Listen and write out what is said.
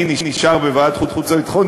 אני נשאר בוועדת החוץ והביטחון.